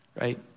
right